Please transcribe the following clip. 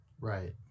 Right